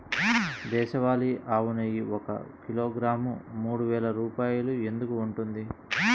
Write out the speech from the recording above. దేశవాళీ ఆవు నెయ్యి ఒక కిలోగ్రాము మూడు వేలు రూపాయలు ఎందుకు ఉంటుంది?